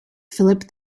philip